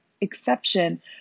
exception